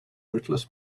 rootless